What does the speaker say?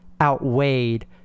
outweighed